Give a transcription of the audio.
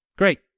great